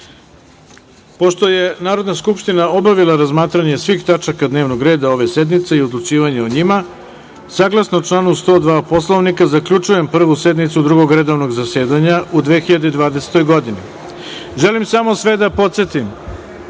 je Narodna skupština obavila razmatranje svih tačaka dnevnog reda ove sednice i odlučivanje o njima, saglasno članu 102. Poslovnika, zaključujem Prvu sednicu Drugog redovnog zasedanja u 2020. godini. Želim sve da podsetim